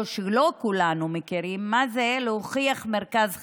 או שלא כולנו מכירים מה זה, להוכיח מרכז חיים: